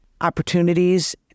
opportunities